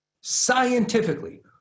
scientifically